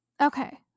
Okay